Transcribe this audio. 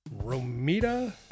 Romita